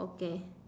okay